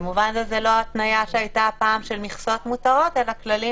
במובן זה זו לא הייתה שהייתה פעם של מכסות מותרות אלא כללים